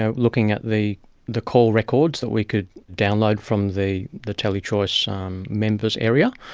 ah looking at the the call records that we could download from the the telechoice um members area,